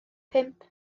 pump